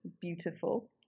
beautiful